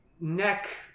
neck